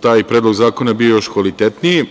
taj Predlog zakona bio još kvalitetniji.